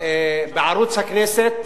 בערוץ הכנסת